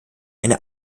eine